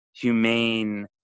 humane